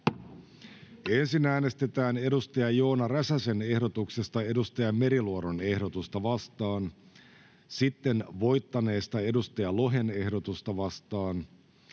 Ensin äänestetään edustaja Joona Räsäsen ehdotuksesta edustaja Meriluodon ehdotusta vastaan, sitten voittaneesta edustaja Lohen ehdotusta vastaan,